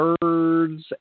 birds